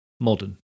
modern